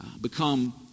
become